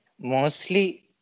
mostly